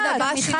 רגע,